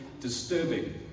disturbing